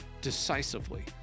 decisively